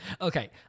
Okay